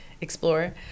explore